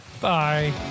Bye